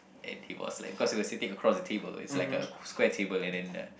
and he was like because he was sitting across the table it's like a square table and then uh